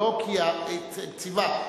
לא כי, ציווה.